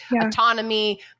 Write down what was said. autonomy